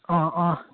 অঁ অঁ